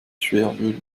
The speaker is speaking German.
schweröl